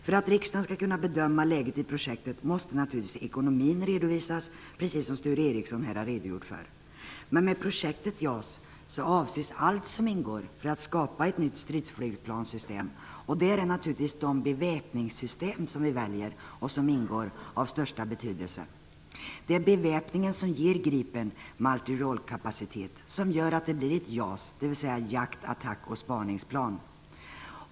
För att riksdagen skall kunna bedöma läget i projektet måste naturligtvis de ekonomiska förutsättningarna redovisas, precis som Sture Ericson här har redogjort för. Men med projektet JAS avses allt som ingår i att skapa ett nytt stridsflygplanssystem. Där är naturligtvis de beväpningssystem som vi väljer av största betydelse. Det är beväpningen som ger Gripen multirollkapacitet, som gör att det blir JAS, dvs. jakt-, attack och spaningsplan.